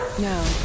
No